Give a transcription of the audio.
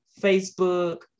Facebook